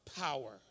power